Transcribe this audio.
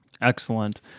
Excellent